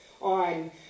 on